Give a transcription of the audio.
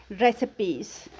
recipes